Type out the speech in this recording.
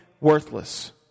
worthless